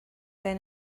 than